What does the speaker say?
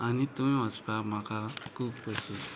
आनी थंय वचपाक म्हाका खूब कशी